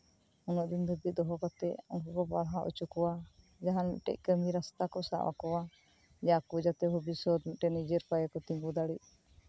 ᱩᱱᱟᱹᱜ ᱫᱤᱱ ᱫᱷᱟᱹᱵᱤᱡ ᱠᱚ ᱫᱚᱦᱚ ᱠᱟᱛᱮ ᱩᱱᱠᱩ ᱠᱚ ᱯᱟᱲᱦᱟᱣ ᱦᱚᱪᱚ ᱠᱚᱣᱟ ᱡᱟᱦᱟᱸ ᱢᱤᱫᱴᱮᱱ ᱠᱟᱹᱢᱤ ᱨᱟᱥᱛᱟ ᱠᱚ ᱥᱟᱵ ᱟᱠᱚᱣᱟ ᱟᱠᱚ ᱡᱟᱛᱮ ᱵᱷᱚᱵᱤᱥᱚᱛ ᱢᱤᱫ ᱴᱮᱱ ᱱᱤᱡᱮᱨ ᱯᱟᱭᱛᱮ ᱠᱚ ᱛᱮᱹᱜᱳ ᱫᱟᱜᱮᱲᱮᱭᱟᱜ